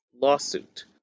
lawsuit